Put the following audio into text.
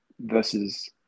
versus